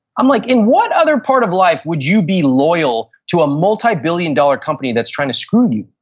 i'm like, in what other part of life would you be loyal to a multi-billion dollar company that's trying to screw you?